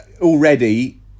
already